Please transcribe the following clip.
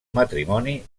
matrimoni